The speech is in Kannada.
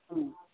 ಹ್ಞೂ